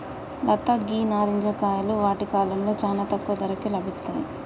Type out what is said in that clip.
లత గీ నారింజ కాయలు వాటి కాలంలో చానా తక్కువ ధరకే లభిస్తాయి